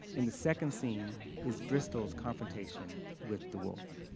and the second scene is bristol's confrontation with de woolf.